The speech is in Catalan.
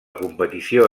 competició